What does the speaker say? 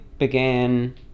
began